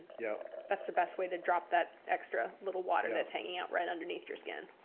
yeah that's the best way to drop that extra little water that's hanging out right underneath your skin.